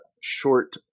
short